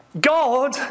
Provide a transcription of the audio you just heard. God